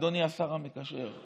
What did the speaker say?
אדוני השר המקשר,